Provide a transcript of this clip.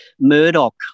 Murdoch